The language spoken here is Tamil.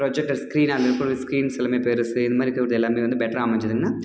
ப்ரொஜெக்டர் ஸ்க்ரீன் அதில் ஃபுல் ஸ்க்ரீன்ஸ் எல்லாமே பெரிசு இந்த மாதிரி இருக்கிறது எல்லாமே பெட்டரா அமைஞ்சுதுன்னால்